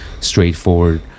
straightforward